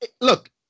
look